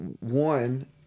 One